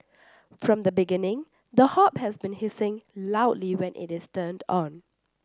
from the beginning the hob has been hissing loudly when it is turned on